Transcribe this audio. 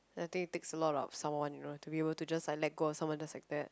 I think it takes a lot of someone you know to be able to just let go of someone just like that